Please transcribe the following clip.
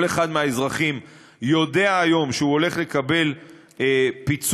כל אחד מהאזרחים יודע היום שהוא הולך לקבל פיצוי,